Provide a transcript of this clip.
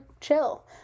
chill